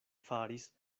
faris